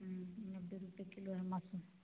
हाँ नब्बे रुपये किलो है मसूर